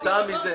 למשל,